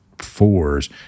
fours